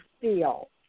feel